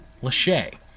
lachey